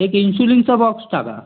एक इन्शुलिनचा बॉक्स टाका